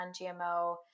non-GMO